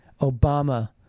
Obama